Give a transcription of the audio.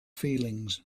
feelings